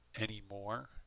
anymore